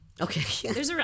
Okay